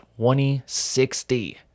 2060